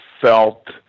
felt